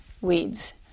weeds